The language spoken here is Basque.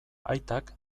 aitak